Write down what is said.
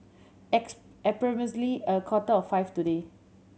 approximately a quarter to five today